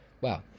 Wow